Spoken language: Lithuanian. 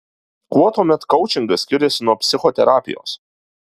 kuo tuomet koučingas skiriasi nuo psichoterapijos